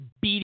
beating